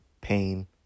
pain